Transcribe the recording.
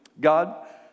God